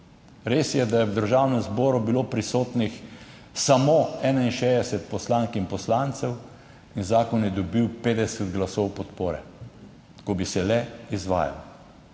Res je, da je bilo v Državnem zboru prisotnih samo 61 poslank in poslancev, in zakon je dobil 50 glasov podpore. Ko bi se le izvajal.